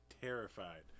terrified